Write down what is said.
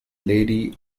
lady